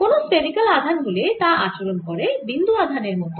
কোন স্ফেরিকাল আধান হলে তা আচরণ করে বিন্দু আধানের মত